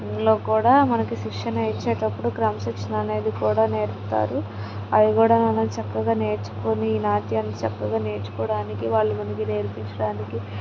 ఇందులో కూడా మనకు శిక్షణ ఇచ్చేటప్పుడు క్రమశిక్షణ అనేది కూడా నేర్పుతారు అవికూడా మనం చక్కగా నేర్చుకుని నాట్యం చక్కగా నేర్చుకోవడానికి వాళ్ళు మనకి నేర్పించడానికి